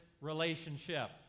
relationship